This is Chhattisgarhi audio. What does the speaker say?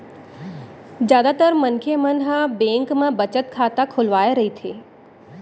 जादातर मनखे मन ह बेंक म बचत खाता खोलवाए रहिथे